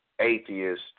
atheist